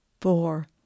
four